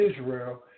Israel